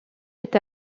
est